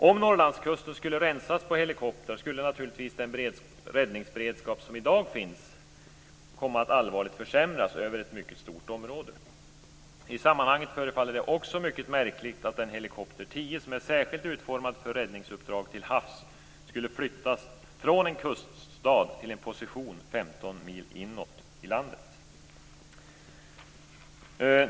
Om Norrlandskusten skulle rensas på helikoptrar skulle den räddningsberedskap som finns i dag naturligtvis komma att allvarligt försämras över ett mycket stort område. I sammanhanget förefaller det också mycket märkligt att Helikopter 10, som är särskilt utformad för räddningsuppdrag till havs, skulle flyttas från en kuststad till en position 15 mil inåt landet.